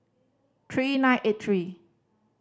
three nine eight three